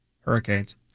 Hurricanes